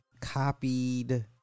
copied